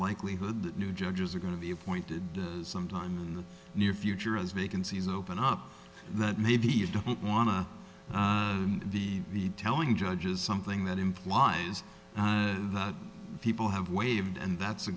likelihood that new judges are going to be appointed sometime in the near future as vacancies open up that maybe you don't want to the be telling judges something that implies that people have waived and that's a